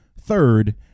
third